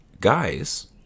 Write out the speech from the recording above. guys